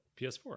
PS4